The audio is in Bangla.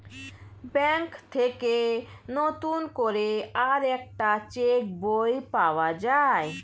ব্যাঙ্ক থেকে নতুন করে আরেকটা চেক বই পাওয়া যায়